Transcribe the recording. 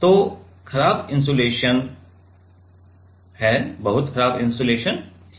तो खराब इन्सुलेशन है बहुत खराब इन्सुलेशन